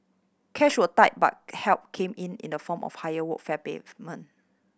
cash was tight but help came in in the form of a higher workfare payment